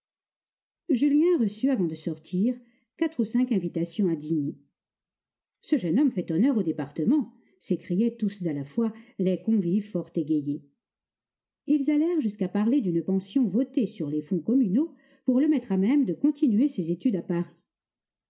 julien reçut avant de sortir quatre ou cinq invitations à dîner ce jeune homme fait honneur au département s'écriaient tous à la fois les convives fort égayés ils allèrent jusqu'à parler d'une pension votée sur les fonds communaux pour le mettre à même de continuer ses études à paris